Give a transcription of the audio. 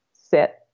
sit